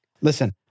Listen